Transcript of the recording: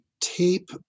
tape